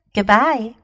Goodbye